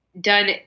done